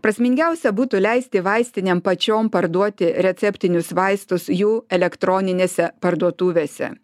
prasmingiausia būtų leisti vaistinėm pačiom parduoti receptinius vaistus jų elektroninėse parduotuvėse